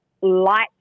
light